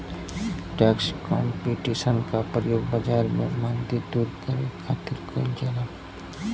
tax competition क प्रयोग बाजार में मंदी दूर करे खातिर कइल जाला